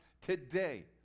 today